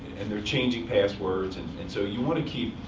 and they're changing passwords. and and so you want to keep